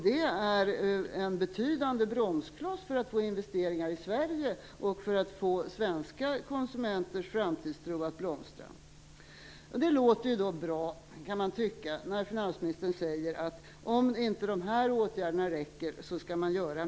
Det är en betydande bromskloss när det gäller att få investeringar i Sverige och att få svenska konsumenters framtidstro att blomstra. Det låter bra, kan man tycka, när finansministern säger att man skall göra mer om inte de här åtgärderna räcker.